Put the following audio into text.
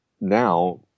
now